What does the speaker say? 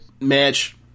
match